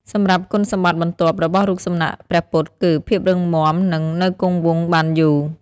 សម្រាប់គុណសម្បត្តិបន្ទាប់របស់រូបសំណាកព្រះពុទ្ធគឺ ភាពរឹងមាំនិងនៅគង់វង្សបានយូរ។